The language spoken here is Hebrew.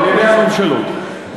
על-ידי הממשלות.